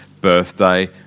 birthday